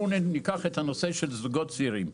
ניקח את נושא הזוגות הצעירים.